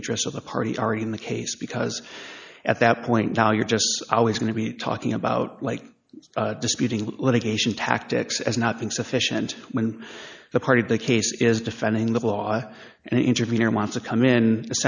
interest of the party already in the case because at that point now you're just always going to be talking about like disputing litigation tactics as not being sufficient when the part of the case is defending the law and intervene or want to come in